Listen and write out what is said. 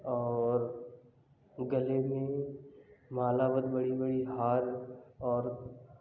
और गले में माला बहुत बड़ी बड़ी हार और